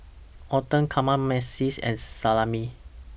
Oden Kamameshi and Salami